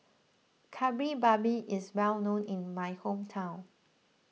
Kari Babi is well known in my hometown